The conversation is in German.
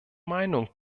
meinung